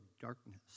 darkness